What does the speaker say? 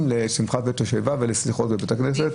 לשמחת בית השואבה ולסליחות בבית הכנסת,